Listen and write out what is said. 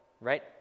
right